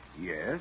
Yes